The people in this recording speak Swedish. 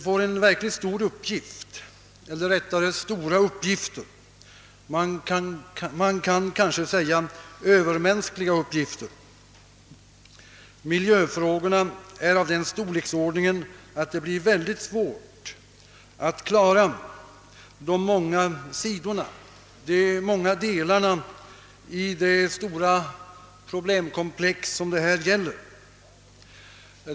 Naturvårdsverket får verkligt stora — man kanske kan säga nära nog övermänskliga — uppgifter. Miljöfrågorna är av den storleksordningen att det kommer att bli oerhört svårt att klara alia delar i det stora problemkomplex det här gäller.